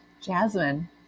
Jasmine